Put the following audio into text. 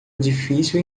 edifício